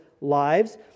lives